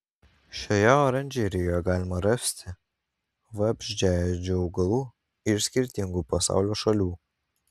šioje oranžerijoje galima rasti vabzdžiaėdžių augalų iš skirtingų pasaulio šalių